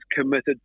committed